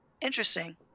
interesting